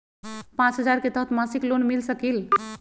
पाँच हजार के तहत मासिक लोन मिल सकील?